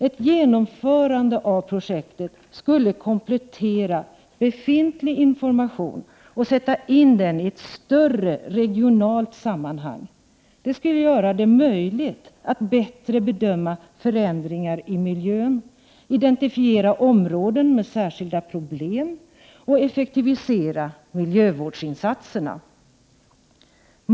Ett genomförande av projektet skulle komplettera befintlig information och sätta in den i ett större regionalt sammanhang. Det skulle göra det möjligt att bättre bedöma förändringar i miljön, identifiera områden med särskilda problem och effektivisera miljövårdsinsatserna.